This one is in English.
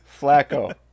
Flacco